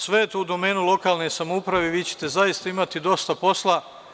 Sve je to u domenu lokalne samouprave i vi ćete zaista imati dosta posla.